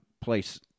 place